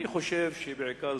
אני חושב שבעיקר,